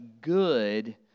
good